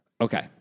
Okay